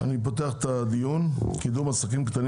אני פותח את הדיון: קידום עסקים קטנים